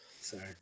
Sorry